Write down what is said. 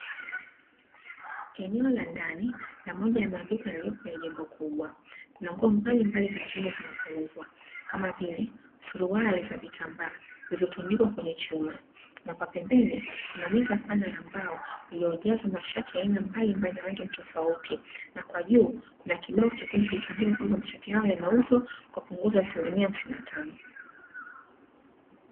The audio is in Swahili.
Eneo la ndani la moja ya maduka yaliyopo kwenye jengo kubwa, kuna nguo mbalimbali za kiume zinazouzwa, kama vile suruali za vitambaa, zilizotundikwa kwenye chuma, na kwa pembeni kuna meza pana ya mbao iliyojazwa mashati ya aina mbalimbali na rangi ya utofauti. Na kwa juu kuna kibao chekundu kilichoandikwa kwamba mashati hayo yanauzwa kwa punguzo la asilimia hamsini na tano.